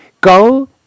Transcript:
Go